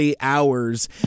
hours